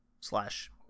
Slash